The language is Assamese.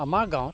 আমাৰ গাঁৱত